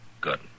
Good